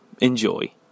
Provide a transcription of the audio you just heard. enjoy